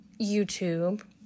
YouTube